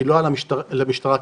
כי לא היו למשטרה כלים.